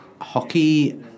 Hockey